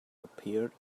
appeared